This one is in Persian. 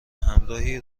همراهی